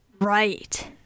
Right